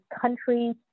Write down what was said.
countries